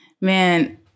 man